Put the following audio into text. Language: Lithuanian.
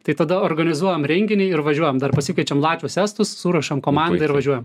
tai tada organizuojam renginį ir važiuojam dar pasikviečiam latvius estus suruošiam komandą ir važiuojam